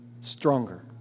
Stronger